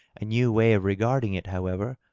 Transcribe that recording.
a new way of regarding it, however,